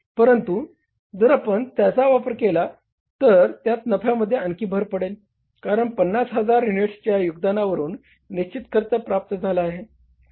परंतु जर आपण त्याचा वापर केला तर त्यात नफ्यामध्ये आणखी भर पडेल कारण 50000 युनिटच्या योगदानावरून निश्चित खर्च प्राप्त झाला आहे